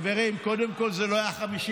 חברים, קודם כול זה לא היה 53,